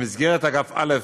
במסגרת אגף א'